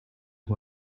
who